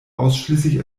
ausschließlich